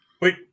Wait